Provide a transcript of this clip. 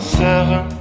seven